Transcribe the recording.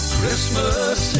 Christmas